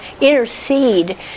intercede